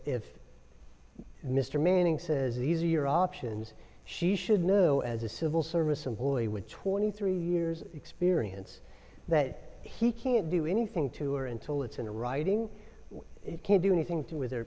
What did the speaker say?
if mr manning says easier options she should know as a civil service employee with twenty three years experience that he can't do anything to or until it's in the writing it can't do anything to with he